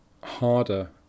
harder